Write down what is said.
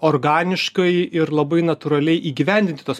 organiškai ir labai natūraliai įgyvendinti tuos